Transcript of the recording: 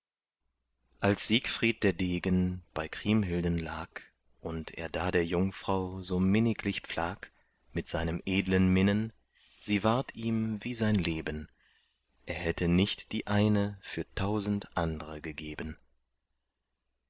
als siegfried der degen bei kriemhilden lag und er da der jungfrau so minniglich pflag mit seinem edlen minnen sie ward ihm wie sein leben er hätte nicht die eine für tausend andre gegeben